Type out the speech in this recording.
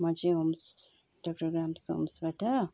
म चाहिँ homes doctor grams होम्सबाट